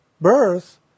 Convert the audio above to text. birth